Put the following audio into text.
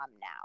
now